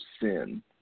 sin